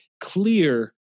clear